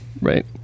right